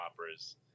operas